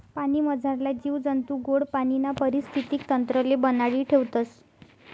पाणीमझारला जीव जंतू गोड पाणीना परिस्थितीक तंत्रले बनाडी ठेवतस